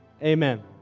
Amen